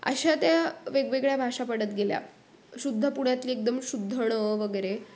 अशा त्या वेगवेगळ्या भाषा पडत गेल्या शुद्ध पुण्यातली एकदम शुद्ध ण वगैरे